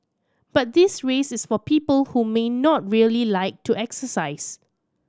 but this race is for people who may not really like to exercise